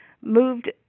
moved